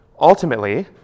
Ultimately